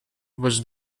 was